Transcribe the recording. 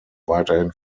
weiterhin